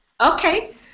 Okay